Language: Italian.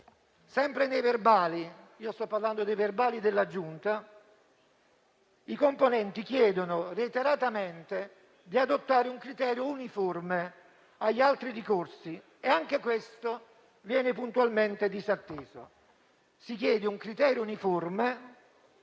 Sempre nei verbali - sto parlando dei verbali della Giunta - i componenti chiedono reiteratamente di adottare un criterio uniforme agli altri ricorsi e anche tale richiesta viene puntualmente disattesa. Vorrei sapere